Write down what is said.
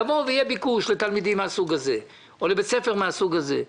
יהיה ביקוש לתלמידים מן הסוג הזה או לבית ספר מן הסוג הזה.